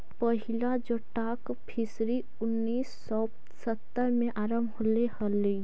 पहिला जोटाक फिशरी उन्नीस सौ सत्तर में आरंभ होले हलइ